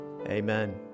Amen